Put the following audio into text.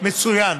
מצוין.